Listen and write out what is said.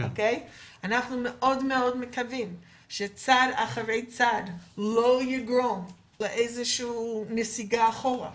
אנחנו מאוד מקווים שצעד אחרי צעד לא יגרום לאיזו שהיא נסיגה אחורה,